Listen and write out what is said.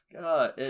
God